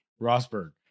Rosberg